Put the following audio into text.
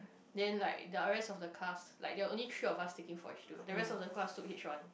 then like the rest of the class like there are only three of us taking four H-two the rest of the class took H-one